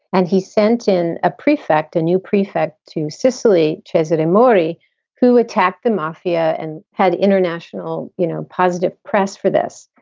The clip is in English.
and he sent. a ah prefect, a new prefect to sicily chislett, a maori who attacked the mafia and had international you know positive press for this.